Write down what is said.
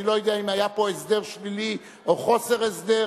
אני לא יודע אם היה פה הסדר שלילי או חוסר הסדר,